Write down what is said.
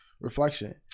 reflection